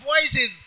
voices